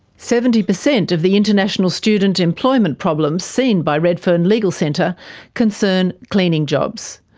seventy percent of the international student employment problems seen by redfern legal centre concern cleaning jobs.